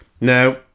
Now